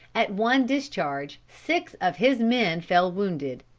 at one discharge, six of his men fell wounded.